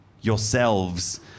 yourselves